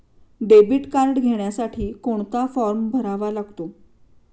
Debit card घेण्यासाठी कोणता form भरावा लागतो?